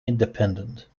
independent